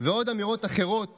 ועוד אמירות אחרות